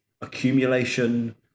accumulation